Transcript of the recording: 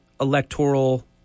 electoral